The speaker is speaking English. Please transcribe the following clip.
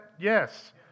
yes